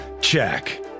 Check